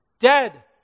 dead